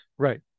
Right